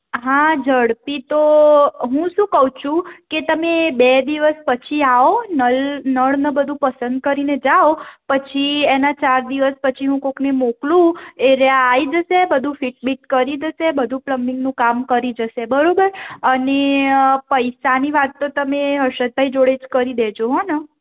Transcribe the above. હા ઝડપી તો હું શું કહું છું કે તમે બે દિવસ પછી આવો નળ નળ ને બધું પસંદ કરીને જાઓ પછી એના ચાર દિવસ પછી હું કોઈકને મોકલું એ રહ્યા આવી જશે બધું ફીટ બીટ કરી દેશે બધું પ્લમ્બિંગનું કામ કરી જશે બરાબર અને પૈસાની વાત તો તમે હર્ષદભાઈ જોડે જ કરી દેજો હોં ને